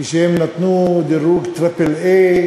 כשנתנו דירוג "טריפל איי"